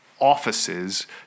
offices